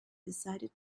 decided